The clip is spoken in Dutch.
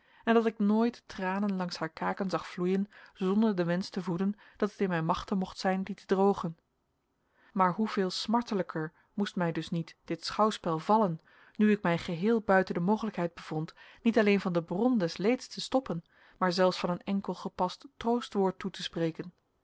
en dat ik nooit tranen langs haar kaken zag vloeien zonder den wensch te voeden dat het in mijne macht mocht zijn die te drogen maar hoeveel smartelijker moest mij dus niet dit schouwspel vallen nu ik mij geheel buiten de mogelijkheid bevond niet alleen van de bron des leeds te stoppen maar zelfs van een enkel gepast troostwoord toe te spreken